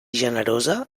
generosa